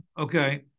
Okay